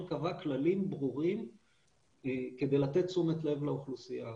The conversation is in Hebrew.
קבע כללים ברורים כדי לתת תשומת לב לאוכלוסייה הזאת.